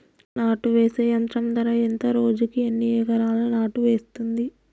నాటు వేసే యంత్రం ధర ఎంత రోజుకి ఎన్ని ఎకరాలు నాటు వేస్తుంది?